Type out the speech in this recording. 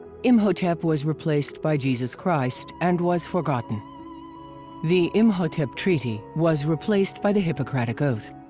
imhotep was replaced by jesus christ and was forgotten the imhotep treaty was replaced by the hippocratic oath.